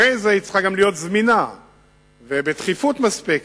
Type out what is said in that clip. אחרי זה היא צריכה להיות גם זמינה ובתכיפות מספקת.